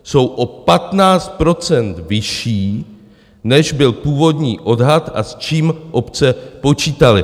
Jsou o 15 % vyšší, než byl původní odhad a s čím obce počítaly.